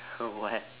what